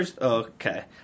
Okay